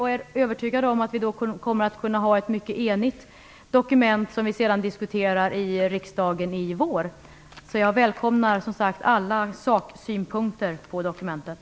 Jag är övertygad om att vi då kommer att kunna få ett mycket enigt dokument som vi sedan kommer att diskutera i riksdagen i vår. Jag välkomnar som sagt alla saksynpunkter på dokumentet.